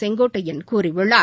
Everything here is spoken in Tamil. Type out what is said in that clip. செங்கோட்டையன் கூறியுள்ளார்